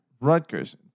Rutgers